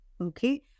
Okay